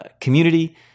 community